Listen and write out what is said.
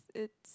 it's